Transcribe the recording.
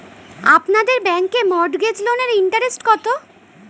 আপনাদের ব্যাংকে মর্টগেজ লোনের ইন্টারেস্ট কত?